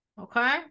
Okay